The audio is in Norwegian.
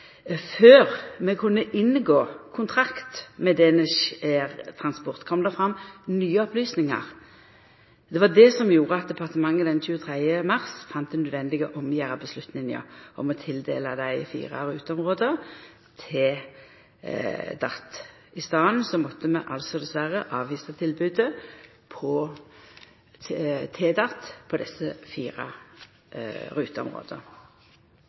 Før vi kunne inngå kontrakt med Danish Air Transport, kom det fram nye opplysningar. Det var det som gjorde at departementet den 23. mars fann det nødvendig å gjera om avgjerda om å tildela dei fire ruteområda til DAT. I staden måtte vi dessverre avvisa tilbodet til DAT på desse fire ruteområda.